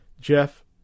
Jeff